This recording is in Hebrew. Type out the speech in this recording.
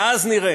ואז נראה.